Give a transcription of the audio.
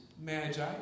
magi